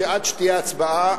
עד שתהיה הצבעה,